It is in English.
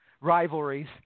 rivalries